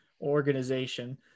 organization